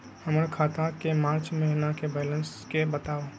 हमर खाता के मार्च महीने के बैलेंस के बताऊ?